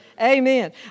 Amen